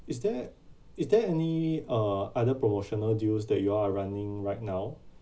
is there is there any uh other promotional deals that you all are running right now